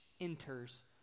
Enters